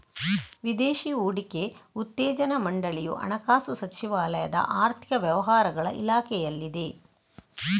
ವಿದೇಶಿ ಹೂಡಿಕೆ ಉತ್ತೇಜನಾ ಮಂಡಳಿಯು ಹಣಕಾಸು ಸಚಿವಾಲಯದ ಆರ್ಥಿಕ ವ್ಯವಹಾರಗಳ ಇಲಾಖೆಯಲ್ಲಿದೆ